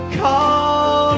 call